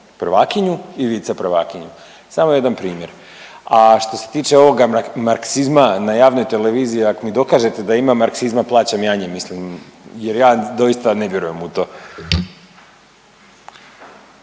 prvakinju i viceprvakinju. Samo jedan primjer. A što se tiče ovoga marksizma na javnoj televiziji ako mi dokažete da ima marksizma plaćam janje, mislim jer ja doista ne vjerujem u to.